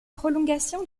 prolongation